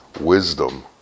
wisdom